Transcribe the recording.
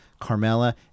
Carmella